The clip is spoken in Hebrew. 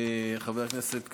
חבר הכנסת קלנר,